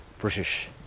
British